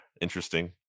interesting